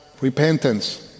repentance